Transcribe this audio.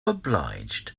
obliged